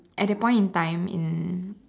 at that point in time in